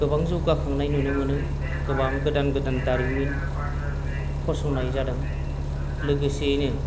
गोबां जौगाखांनाय नुनो मोनो गोबां गोदान गोदान दारिमिन फसंनाय जादों लोगोसेयैनो